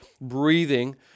breathing